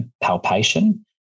palpation